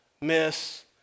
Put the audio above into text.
miss